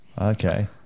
Okay